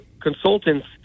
consultants